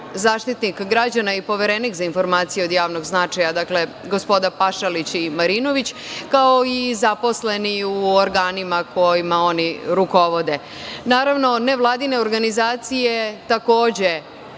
Zaštitnik građana i Poverenik za informacije od javnog značaja, gospoda Pašalić i Marinović, kao i zaposleni u organima kojima oni rukovode. Naravno, nevladine organizacije, takođe,